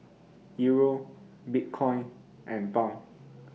Euro Bitcoin and Pound